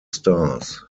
stars